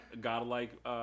godlike